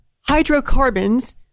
hydrocarbons